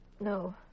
No